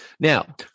Now